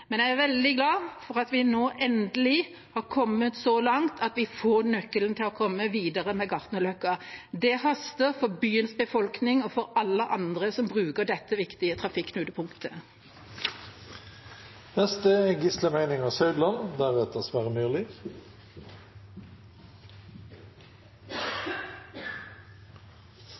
Men jeg er veldig glad for at vi nå, endelig, har kommet så langt at vi får nøkkelen til å komme videre med Gartnerløkka. Det haster for byens befolkning og for alle andre som bruker dette viktige trafikknutepunktet.